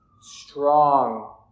strong